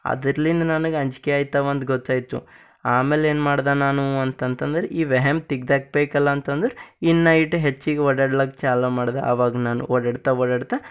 ಅದ್ರಲಿಂದ ನನಗೆ ಅಂಜಿಕೆ ಆಯ್ತವಂತ ಗೊತ್ತಾಯಿತು ಆಮೇಲೇನು ಮಾಡ್ದೆ ನಾನು ಅಂತಂತಂದರೆ ಈ ವ್ಯಹಮ್ ತೆಗ್ದಾಕಬೇಕಲ್ಲ ಅಂತಂದರೆ ಇನ್ನು ನೈಟ್ ಹೆಚ್ಚಿಗೆ ಓಡಾಡ್ಲಕ್ಕೆ ಚಾಲು ಮಾಡ್ದೆ ಆವಾಗ ನಾನು ಓಡಾಡ್ತಾ ಓಡಾಡ್ತಾ